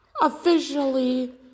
officially